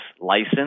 license